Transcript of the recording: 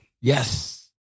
Yes